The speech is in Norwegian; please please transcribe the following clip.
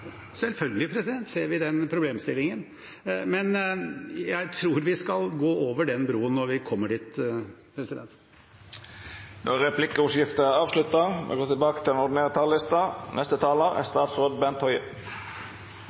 Selvfølgelig ser vi den problemstillingen, men jeg tror vi skal gå over den broen når vi kommer dit. Replikkordskiftet er avslutta. I dag kan Stortinget endelig debattere og ta stilling til